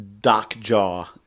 Docjaw